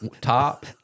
top